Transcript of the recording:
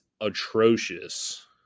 atrocious